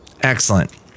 Excellent